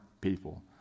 people